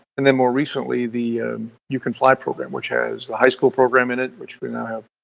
and then more recently, the you can fly program, which has a high school program in it, which we now have